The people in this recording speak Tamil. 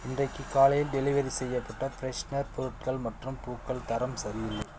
இன்றைக்கு காலையில் டெலிவரி செய்யப்பட்ட ஃப்ரெஷனர் பொருட்கள் மற்றும் பூக்கள் தரம் சரியில்லை